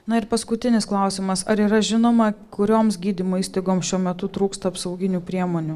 na ir paskutinis klausimas ar yra žinoma kurioms gydymo įstaigoms šiuo metu trūksta apsauginių priemonių